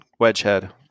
Wedgehead